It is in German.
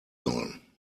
sollen